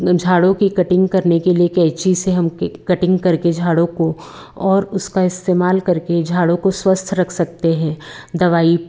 झाड़ों की कटिंग करने के लिए कैंची से हम के कटिंग करके झाड़ों को और उसका इस्तेमाल करके झाड़ों को स्वस्थ रख सकते हैं दवाई